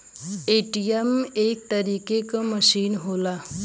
ATM एक तरीके क मसीन होला